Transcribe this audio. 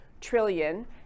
trillion